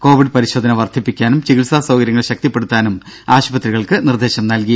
Covid പരിശോധന വർദ്ധിപ്പിക്കാനും ചികിൽസാ സൌകര്യങ്ങൾ ശക്തിപ്പെടുത്താനും ആശുപത്രികൾക്ക് നിർദ്ദേശം നൽകി